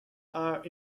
are